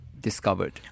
discovered